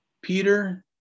Peter